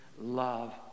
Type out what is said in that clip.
love